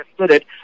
understood